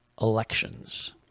elections